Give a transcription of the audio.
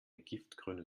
giftgrüne